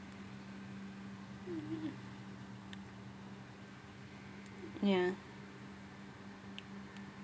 ya